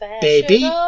Baby